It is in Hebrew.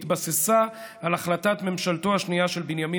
והתבססה על החלטת ממשלתו השנייה של בנימין